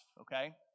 okay